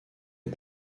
est